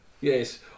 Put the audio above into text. Yes